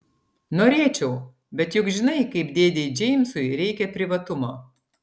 norėčiau bet juk žinai kaip dėdei džeimsui reikia privatumo